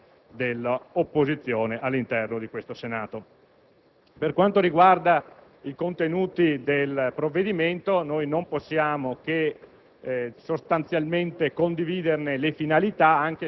un risultato positivo da ascrivere all'iniziativa dell'opposizione all'interno di questo Senato. Per quanto riguarda i contenuti del provvedimento, non possiamo che